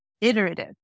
iterative